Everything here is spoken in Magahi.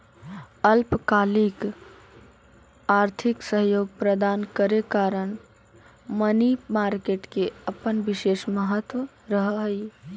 अल्पकालिक आर्थिक सहयोग प्रदान करे कारण मनी मार्केट के अपन विशेष महत्व रहऽ हइ